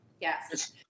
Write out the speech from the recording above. Yes